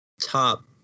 top